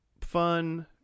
fun